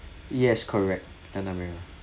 yes correct Tanah Merah